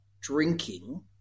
drinking